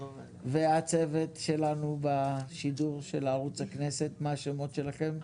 והצוות שלנו בשידור של ערוץ הכנסת, מה השמות שלכם?